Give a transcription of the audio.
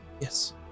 Yes